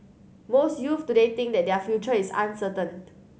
most youths today think that their future is uncertain